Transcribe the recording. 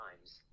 times